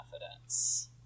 confidence